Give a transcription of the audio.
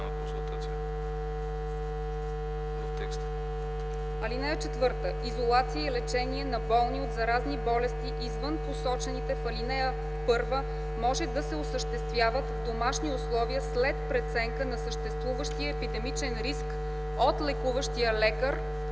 изменя така: „(4) Изолация и лечение на болни от заразни болести извън посочените в ал. 1 може да се осъществяват в домашни условия след преценка на съществуващия епидемичен риск от лекуващия лекар